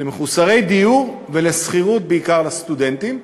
למחוסרי דיור ולשכירות, בעיקר לסטודנטים.